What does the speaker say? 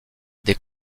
des